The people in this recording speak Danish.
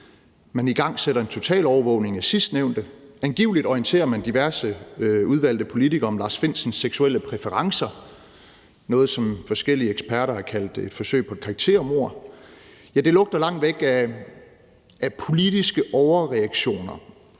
Man igangsætter en totalovervågning af sidstnævnte, og angivelig orienterer man diverse udvalgte politikere om Lars Findsens seksuelle præferencer – noget, som forskellige eksperter har kaldt et forsøg på karaktermord. Det lugter langt væk af politiske overreaktioner.